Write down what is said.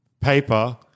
paper